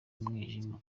umwijima